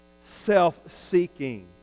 self-seeking